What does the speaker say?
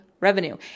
Revenue